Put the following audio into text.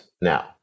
now